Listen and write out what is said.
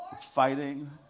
fighting